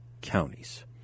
counties